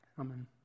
Amen